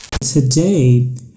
Today